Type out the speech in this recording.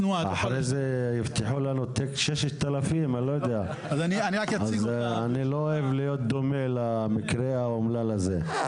אחר כך יפתחו לנו תיק 6000. אני לא אוהב להיות דומה למקרה האומלל הזה.